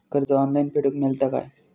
कर्ज ऑनलाइन फेडूक मेलता काय?